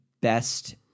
best